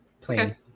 Plain